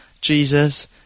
Jesus